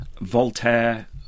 Voltaire